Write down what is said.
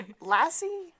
lassie